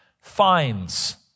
fines